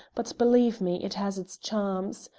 but believe me, it has its charms.